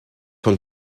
von